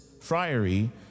friary